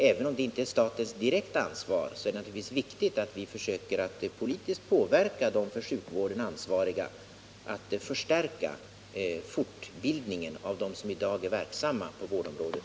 Även om det inte är statens direkta ansvar, så är det naturligtvis viktigt att vi försöker politiskt påverka de för sjukvården ansvariga att förstärka fortbildningen av dem som i dag är verksamma på vårdområdet.